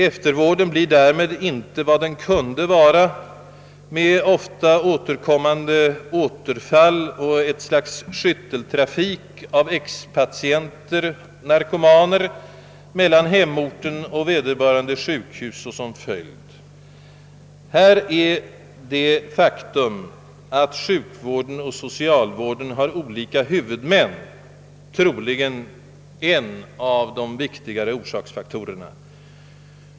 Eftervården blir därmed inte vad den kunde vara, det uppstår ofta återfall med ett slags skytteltrafik av ex-patienter, narkomaner, mellan hemorten och vederbörande sjukhus som resultat. Här är det faktum att sjukvården och socialvården har olika huvudmän troligen en av de viktigare orsakerna.